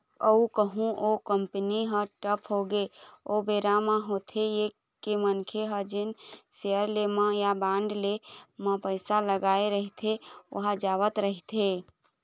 अउ कहूँ ओ कंपनी ह ठप होगे ओ बेरा म होथे ये के मनखे ह जेन सेयर ले म या बांड ले म पइसा लगाय रहिथे ओहा जावत रहिथे